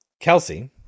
Kelsey